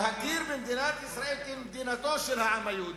להכיר במדינת ישראל כמדינתו של העם היהודי,